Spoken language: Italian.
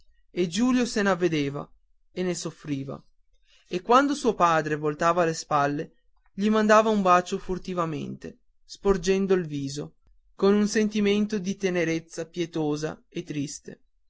sguardo e giulio se n'avvedeva e ne soffriva e quando suo padre voltava le spalle gli mandava un bacio furtivamente sporgendo il viso con un sentimento di tenerezza pietosa e triste